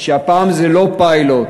שהפעם זה לא פיילוט